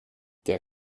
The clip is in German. der